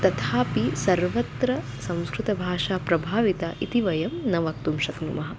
तथापि सर्वत्र संस्कृतभाषा प्रभाविता इति वयं न वक्तुं शक्नुमः